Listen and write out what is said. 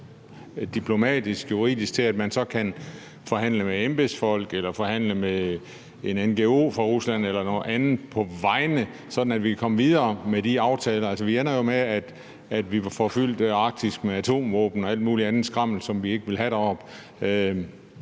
diplomatisk eller juridisk til, at man så kan forhandle med embedsfolk eller forhandle med en ngo fra Rusland eller nogle andre på deres vegne, sådan at vi kan komme videre med de aftaler? Vi ender jo med at få fyldt Arktis med atomvåben og alt mulig andet skrammel, som vi ikke vil have deroppe,